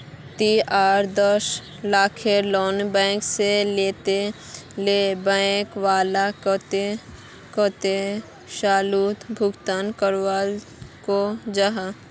ती अगर दस लाखेर लोन बैंक से लिलो ते बैंक वाला कतेक कतेला सालोत भुगतान करवा को जाहा?